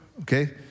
Okay